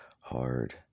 Hard